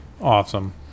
Awesome